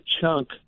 chunk